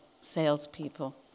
salespeople